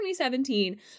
2017